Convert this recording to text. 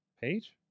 Page